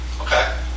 Okay